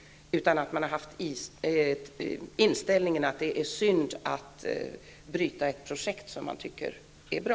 I stället har man haft inställningen att det är synd att bryta ett projekt som man tycker är bra.